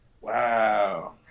Wow